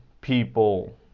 people